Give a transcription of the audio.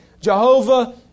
Jehovah